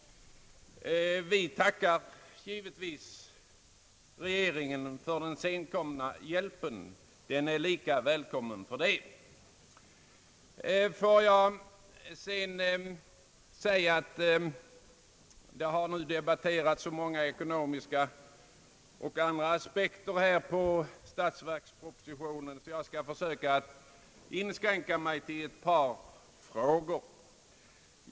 Vi tackar givetvis regeringen för den senkomna hjälpen. Den är lika välkommen fast än den är sen. Det har redan debatterats så många ekonomiska och andra aspekter på statsverkspropositionen att jag skall försöka att inskränka mig till ett par frågor.